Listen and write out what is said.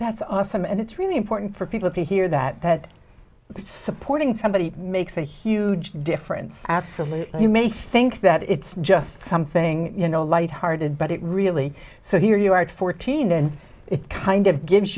that's awesome and it's really important for people to hear that that supporting somebody makes a huge difference absolutely you may think that it's just something you know light hearted but it really so here you are at fourteen and it kind of gives